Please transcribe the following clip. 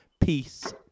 Peace